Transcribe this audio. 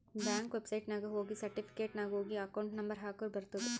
bank ವೆಬ್ಸೈಟ್ನಾಗ ಹೋಗಿ certificate ನಾಗ್ ಹೋಗಿ ಅಕೌಂಟ್ ನಂಬರ್ ಹಾಕುರ ಬರ್ತುದ್